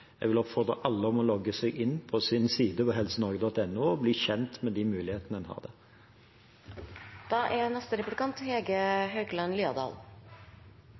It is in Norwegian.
Jeg vil oppfordre alle til å logge seg inn på sin side på helsenorge.no og bli kjent med de mulighetene en har der. I behandlingen av denne saken er